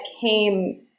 came